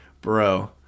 bro